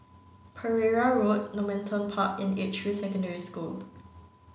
Pereira Road Normanton Park and Edgefield Secondary School